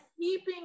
keeping